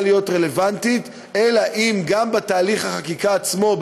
להיות רלוונטית אם בהליך החקיקה עצמו,